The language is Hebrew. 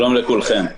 שלום לכולם.